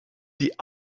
die